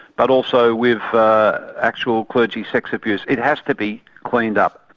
but also with actual clergy sex abuse. it has to be cleaned up.